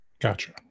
Gotcha